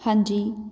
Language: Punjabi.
ਹਾਂਜੀ